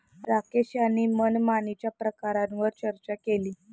राकेश यांनी मनमानीच्या प्रकारांवर चर्चा केली